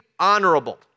honorable